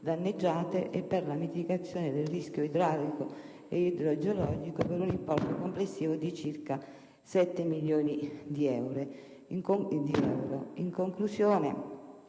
danneggiate e per la mitigazione del rischio idraulico e idrogeologico, per un importo complessivo di circa 7 milioni di euro.